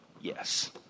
Yes